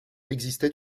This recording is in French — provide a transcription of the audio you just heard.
existait